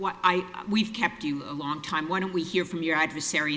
what i we've kept you a long time why don't we hear from your adversary